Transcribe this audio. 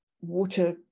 water